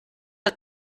mal